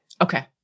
Okay